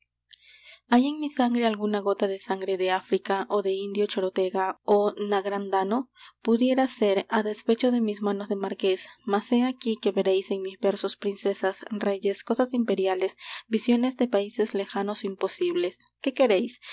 hay en mi sangre alguna gota de sangre de áfrica o de indio chorotega o nagrandano pudiera ser a despecho de mis manos de marqués mas he aquí que veréis en mis versos princesas reyes cosas imperiales visiones de países lejanos o imposibles qué queréis